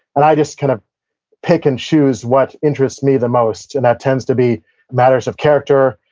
and i just kind of pick and choose what interests me the most, and that tends to be matters of character,